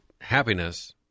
happiness